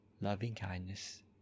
loving-kindness